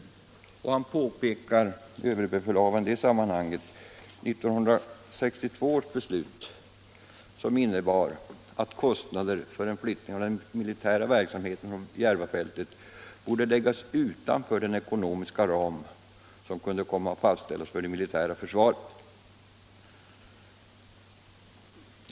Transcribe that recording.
Överbefälhavaren pekar i detta sammanhang på 1962 års beslut som innebar att kostnader för en flyttning av den militära verksamheten från Järvafältet borde läggas utanför den ekonomiska ram som kunde komma att fastställas för det militära försvaret.